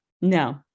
no